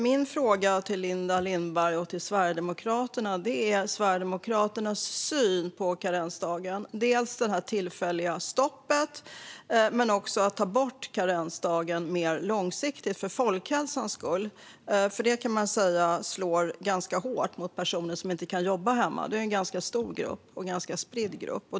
Vilken är Sverigedemokraternas syn på karensdagen, dels det tillfälliga stoppet, dels vad gäller att ta bort karensdagen mer långsiktigt för folkhälsans skull? Den slår nämligen ganska hårt mot människor som inte kan jobba hemma, och det är en ganska stor och spridd grupp.